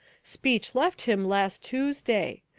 speech left him last tuesday.